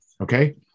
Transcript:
okay